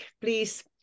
Please